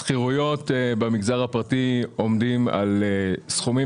השכירויות במגזר הפרטי עומדים על סכומים